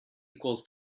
equals